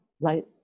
light